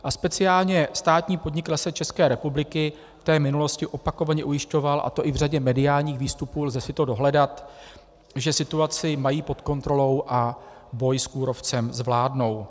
A speciálně státní podnik Lesy České republiky v minulosti opakovaně ujišťoval, a to i v řadě mediálních výstupů, lze si to dohledat, že situaci mají pod kontrolou a boj s kůrovcem zvládnou.